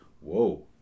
whoa